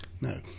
no